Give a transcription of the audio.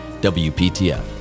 WPTF